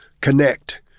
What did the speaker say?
connect